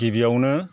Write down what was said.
गिबियावनो